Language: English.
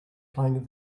playing